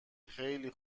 خیلی